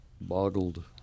Boggled